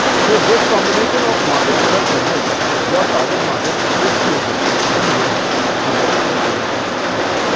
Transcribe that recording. so, this combination of market product segment your target market is shaded in this figure eighteen point one.